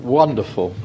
wonderful